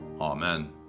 Amen